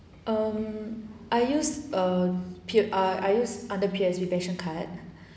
um I use err P ah I use under P_O_S_B passion card